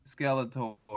Skeletor